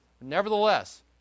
Nevertheless